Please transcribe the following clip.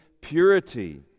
purity